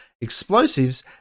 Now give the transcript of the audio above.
explosives